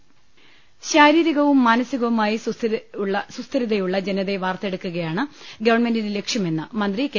ദർശ്ശേര ശാരീരികവും മാനസികവുമായ സുസ്ഥിരതയുള്ള ജനതയെ വാർത്തെ ടുക്കുകയാണ് ഗവൺമെന്റിന്റെ ലക്ഷ്യമെന്ന് മന്ത്രി കെ